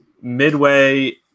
midway